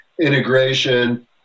integration